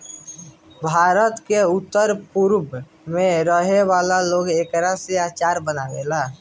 भारत के उत्तर पूरब में रहे वाला लोग एकरा से अचार बनावेला